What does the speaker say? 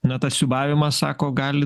na tas siūbavimas sako